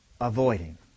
avoiding